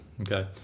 okay